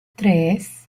tres